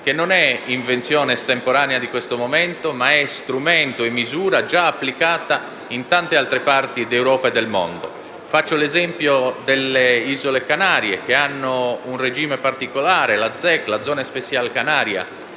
che non è invenzione estemporanea di questo momento ma è strumento e misura già applicata in tante altre parti d'Europa e del mondo. Faccio l'esempio delle Isole Canarie, che hanno una regime particolare, la *zona especial canaria*